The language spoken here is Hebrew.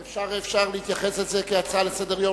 ואפשר להתייחס לזה כאל הצעה לסדר-היום,